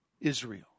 Israel